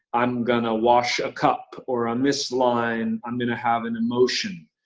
i'm gonna wash a cup, or on this line i'm gonna have an emotion.